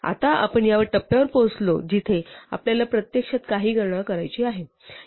आता आपण या टप्प्यावर पोहोचलो जिथे आपल्याला प्रत्यक्षात काही गणना करायची आहे